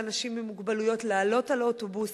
לאנשים עם מוגבלויות, לעלות על אוטובוסים,